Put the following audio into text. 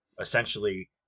essentially